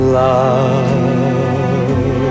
love